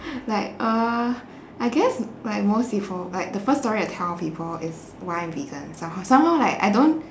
like uh I guess like most people like the first story I tell people is why vegan somehow somehow like I don't